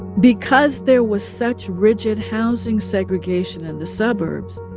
because there was such rigid housing segregation in the suburbs,